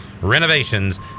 renovations